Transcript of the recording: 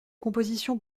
compositions